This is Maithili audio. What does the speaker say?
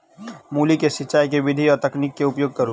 मूली केँ सिचाई केँ के विधि आ तकनीक केँ उपयोग करू?